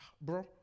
bro